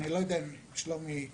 אתה יודע לגעת בסכומים?